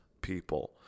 people